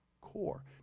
core